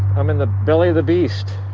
i'm in the belly of the beast.